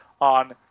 on